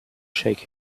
shake